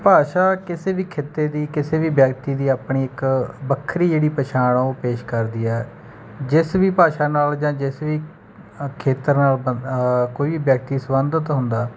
ਭਾਸ਼ਾ ਕਿਸੇ ਵੀ ਖਿੱਤੇ ਦੀ ਕਿਸੇ ਵੀ ਵਿਅਕਤੀ ਦੀ ਆਪਣੀ ਇੱਕ ਵੱਖਰੀ ਜਿਹੜੀ ਪਛਾਣ ਹੈ ਉਹ ਪੇਸ਼ ਕਰਦੀ ਹੈ ਜਿਸ ਵੀ ਭਾਸ਼ਾ ਨਾਲ ਜਾਂ ਜਿਸ ਵੀ ਖੇਤਰ ਨਾਲ ਕੋਈ ਵੀ ਵਿਅਕਤੀ ਸੰਬੰਧਿਤ ਹੁੰਦਾ